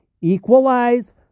Equalize